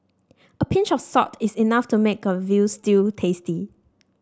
a pinch of salt is enough to make a veal stew tasty